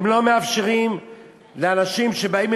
הם לא מאפשרים לאנשים שבאים,